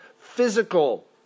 physical